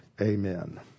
Amen